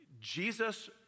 Jesus